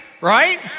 Right